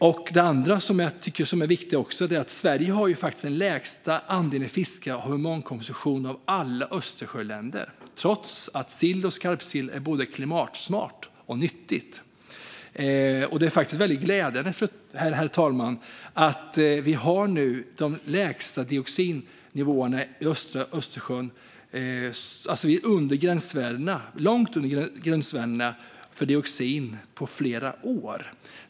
En annan sak som jag också tycker är viktig är att Sverige har den lägsta andelen fiske för humankonsumtion av alla Östersjöländer, trots att sill och skarpsill är både klimatsmart och nyttigt. Det är faktiskt väldigt glädjande, herr talman, att vi nu har de lägsta dioxinnivåerna i östra Östersjön. Vi har legat långt under gränsvärdena för dioxin i flera år.